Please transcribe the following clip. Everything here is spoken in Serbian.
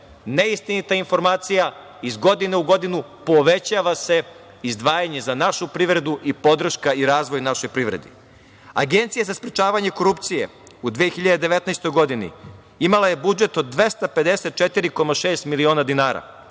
neistinita informacija. Iz godine u godinu povećava se izdvajanje za našu privredu i podrška i razvoj našoj privredi. Agencija za sprečavanje korupcije u 2019. godini imala je budžet od 254,6 miliona dinara,